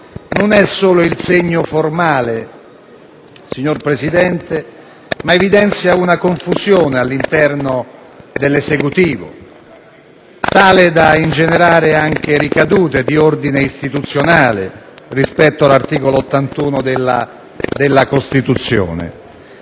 non è solo di segno formale, signor Presidente, ma evidenzia una confusione all'interno dell'Esecutivo, tale da ingenerare anche ricadute di ordine istituzionale rispetto all'articolo 81 della Costituzione.